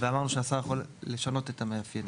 ואמרנו שהשר יכול לשנות את המאפיינים.